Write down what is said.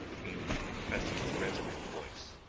came the professor's resonant voice.